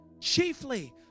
Chiefly